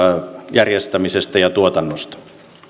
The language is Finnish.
järjestämisestä ja tuotannosta